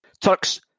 Turks